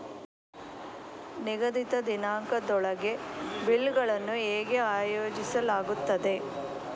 ನಿಗದಿತ ದಿನಾಂಕದೊಳಗೆ ಬಿಲ್ ಗಳನ್ನು ಹೇಗೆ ಆಯೋಜಿಸಲಾಗುತ್ತದೆ?